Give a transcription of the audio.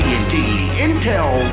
Intel